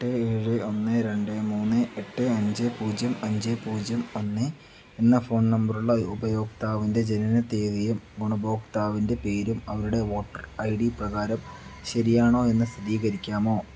എട്ട് ഏഴ് ഒന്ന് രണ്ട് മൂന്ന് എട്ട് അഞ്ച് പൂജ്യം അഞ്ച് പൂജ്യം ഒന്ന് എന്ന ഫോൺ നമ്പറുള്ള ഉപയോക്താവിൻ്റെ ജനന തീയതിയും ഗുണഭോക്താവിൻ്റെ പേരും അവരുടെ വോട്ടർ ഐ ഡി പ്രകാരം ശരിയാണോ എന്ന് സ്ഥിരീകരിക്കാമോ